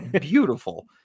beautiful